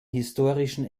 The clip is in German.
historischen